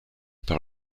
par